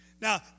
Now